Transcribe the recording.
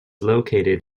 located